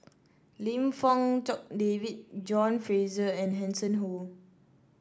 Lim Fong Jock David John Fraser and Hanson Ho